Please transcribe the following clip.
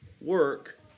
Work